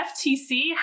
FTC